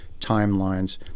timelines